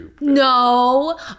No